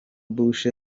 bush